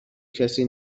کسی